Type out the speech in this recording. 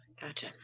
gotcha